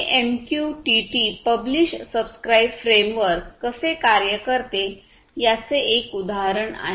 हे MQTT publish subscribe framework कसे कार्य करते याचे एक उदाहरण आहे